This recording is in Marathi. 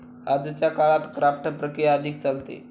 आजच्या काळात क्राफ्ट प्रक्रिया अधिक चालते